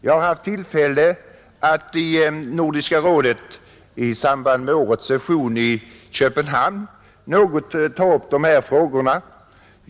I samband med årets session i Nordiska rådet i Köpenhamn hade jag tillfälle att något beröra dessa frågor.